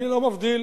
אני לא מבדיל,